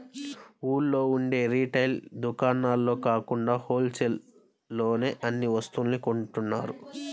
ఊళ్ళో ఉండే రిటైల్ దుకాణాల్లో కాకుండా హోల్ సేల్ లోనే అన్ని వస్తువుల్ని కొంటున్నారు